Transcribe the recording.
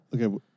Okay